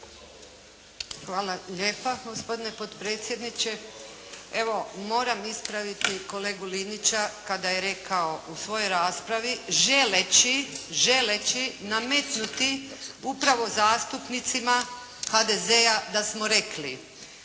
Hvala lijepa gospodine potpredsjedniče. Evo, moram ispraviti kolegu Linića kada je rekao u svojoj raspravi želeći nametnuti upravo zastupnicima HDZ-a da smo rekli